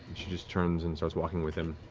she just turns and starts walking with him.